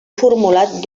formulat